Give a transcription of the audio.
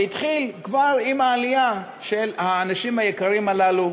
זה התחיל כבר עם העלייה של האנשים היקרים האלה,